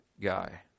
guy